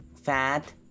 fat